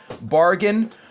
bargain